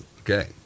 Okay